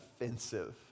offensive